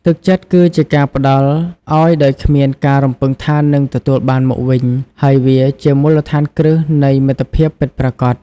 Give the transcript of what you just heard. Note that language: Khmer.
ទឹកចិត្តគឺជាការផ្តល់ឲ្យដោយគ្មានការរំពឹងថានឹងទទួលបានមកវិញ ហើយវាជាមូលដ្ឋានគ្រឹះនៃមិត្តភាពពិតប្រាកដ។